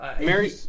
Mary